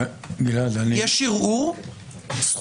יש זכות ערעור?